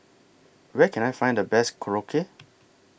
Where Can I Find The Best Korokke